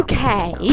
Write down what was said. Okay